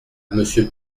monsieur